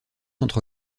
entre